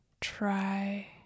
try